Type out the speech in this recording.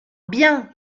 bien